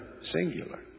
singular